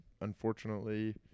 unfortunately